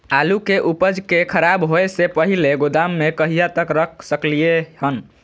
आलु के उपज के खराब होय से पहिले गोदाम में कहिया तक रख सकलिये हन?